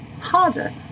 harder